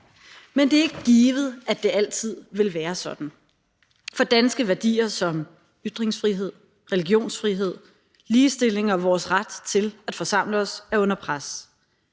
Men det er ikke givet, at det altid vil være sådan, for danske værdier som ytringsfrihed, religionsfrihed, ligestilling og vores ret til at forsamle os er under pres.